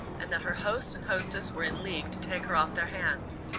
and that her host and hostess were in league to take her off their hands.